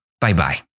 Bye-bye